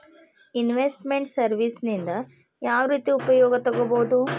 Invest made services ನಿಂದಾ ಯಾವ್ರೇತಿ ಉಪಯೊಗ ತಗೊಬೊದು?